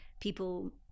people